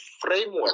framework